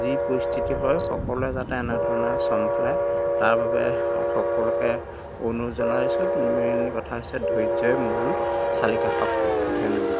যি পৰিস্থিতি হয় সকলোৱে যাতে এনেধৰণে চম্ভালে তাৰ বাবে সকলোকে অনুৰোধ জনাইছোঁ মেইনলি কথা হৈছে ধৈৰ্যই মূল চালিকা শক্তি ধন্যবাদ